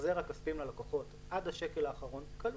החזר הכספים ללקוחות עד השקל האחרון כלול.